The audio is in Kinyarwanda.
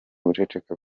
guceceka